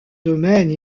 domaine